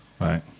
Right